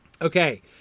Okay